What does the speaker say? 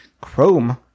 Chrome